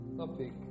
topic